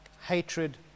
Hatred